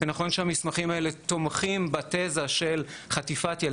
הקריטריונים לא שקופים, חלק גדול